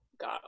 got